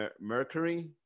Mercury